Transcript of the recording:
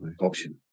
option